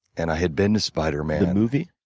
and i had been to spiderman the movie?